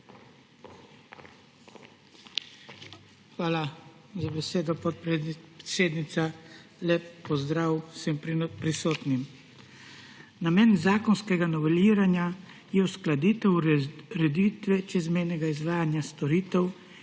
Hvala za besedo, podpredsednica. Lep pozdrav vsem prisotnim! Namen zakonskega noveliranja je uskladitev ureditve čezmejnega izvajanja storitev